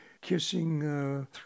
kissing